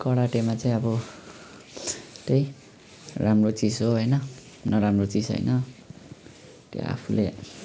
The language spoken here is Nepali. त्यो करातेमा चाहिँ अब त्यही राम्रो चिज हो होइन नराम्रो चिज होइन त्यो आफूले